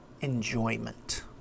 enjoyment